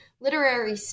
literary